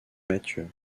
matthieu